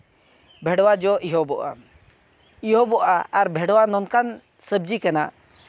ᱵᱷᱮᱰᱣᱟ ᱡᱚ ᱮᱦᱚᱵᱚᱜᱼᱟ ᱮᱦᱚᱵᱚᱜᱼᱟ ᱟᱨ ᱵᱷᱮᱰᱣᱟ ᱱᱚᱝᱠᱟᱱ ᱥᱚᱵᱽᱡᱤ ᱠᱟᱱᱟ